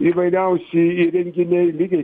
įvairiausi įrenginiai lygiai